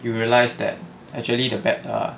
you realise that actually the better ah